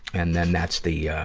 and then that's the, yeah